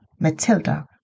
Matilda